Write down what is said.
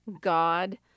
God